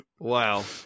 Wow